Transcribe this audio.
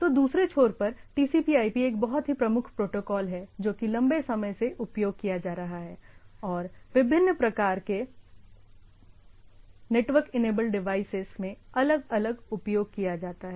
तो दूसरे छोर पर TCPIP एक बहुत ही प्रमुख प्रोटोकॉल है जो कि लंबे समय से उपयोग किया जा रहा है और विभिन्न प्रकार के नेटवर्क इनेबल डिवाइसेज में अलग अलग उपयोग किया जाता है